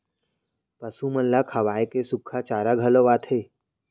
पसु मन ल खवाए के सुक्खा चारा घलौ आथे